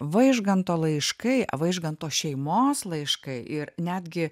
vaižganto laiškai vaižganto šeimos laiškai ir netgi